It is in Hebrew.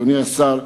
אדוני השר,